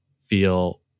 feel